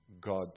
God